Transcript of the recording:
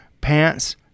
pants